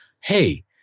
hey